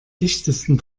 dichtesten